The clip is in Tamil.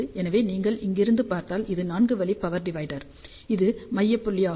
எனவே நீங்கள் இங்கிருந்து பார்த்தால் இது நான்கு வழி பவர் டிவைடர் இது மைய புள்ளியாகும்